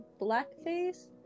blackface